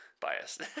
biased